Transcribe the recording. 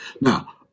Now